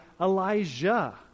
Elijah